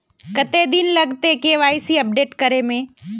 कते दिन लगते के.वाई.सी अपडेट करे में?